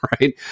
right